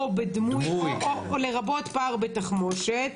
לרבות פער בתחמושת,